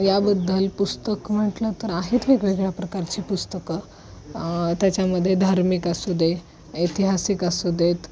याबद्दल पुस्तक म्हंटलं तर आहेत वेगवेगळ्या प्रकारची पुस्तकं त्याच्यामध्ये धार्मिक असू देत ऐतिहासिक असू देत